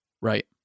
Right